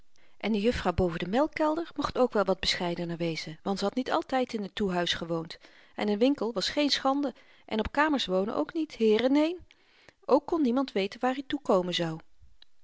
en de juffrouw boven den melkkelder mocht ook wel wat bescheidener wezen want ze had niet altyd in n toehuis gewoond en n winkel was geen schande en op kamers wonen ook niet heere neen ook kon niemand weten waar i toe komen zou